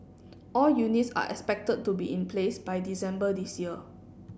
all units are expected to be in place by December this year